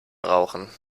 rauchen